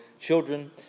children